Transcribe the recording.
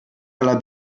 aller